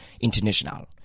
international